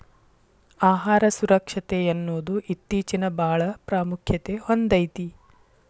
ಆಹಾರ ಸುರಕ್ಷತೆಯನ್ನುದು ಇತ್ತೇಚಿನಬಾಳ ಪ್ರಾಮುಖ್ಯತೆ ಹೊಂದೈತಿ